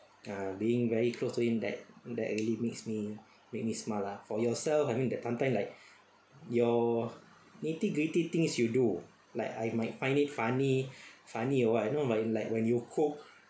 uh being very close to him that that really makes me make me smile lah for yourself I mean that sometime like your nitty gritty things you do like I might find it funny funny or what you know like like when you cook